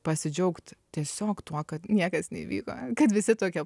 pasidžiaugt tiesiog tuo kad niekas neįvyko kad visi tokie